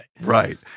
Right